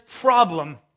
problem